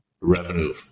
revenue